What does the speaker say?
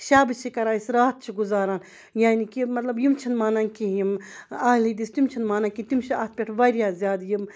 شَب چھِ کَران أسۍ راتھ چھُ گُزاران یعن ی کہِ مطلب یِم چھِنہٕ مانان کینٛہہ یِم اہلِ حدیٖث تِم چھِنہٕ مانان کینٛہہ تِم چھِ اَتھ پٮ۪ٹھ واریاہ زیادٕ یِم